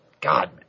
god